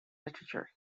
literature